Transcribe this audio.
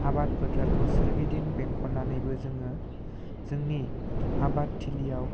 आबाद फोथारखौ सोरगिदिं बेंखननानैबो जोङो जोंनि आबादथिलियाव